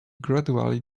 gradually